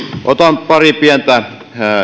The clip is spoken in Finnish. otan pari pientä